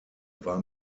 war